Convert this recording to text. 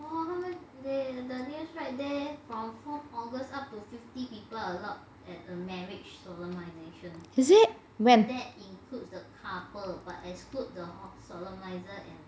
is it when